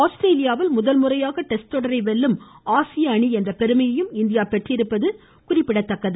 ஆஸ்திரேலியாவில் முதன்முறையாக டெஸ்ட் தொடரை வெல்லும் ஆசிய அணி என்ற பெருமையையும் இந்தியா பெற்றிருப்பது குறிப்பிடத்தக்கது